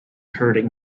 hurting